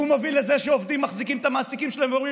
והוא מוביל לזה שעובדים מחזיקים את המעסיקים שלהם ואומרים